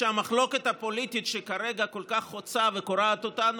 כשהמחלוקת הפוליטית שכרגע כל כך חוצה וקורעת אותנו